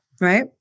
right